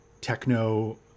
techno